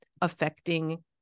affecting